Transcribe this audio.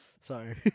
Sorry